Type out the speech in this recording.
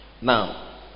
Now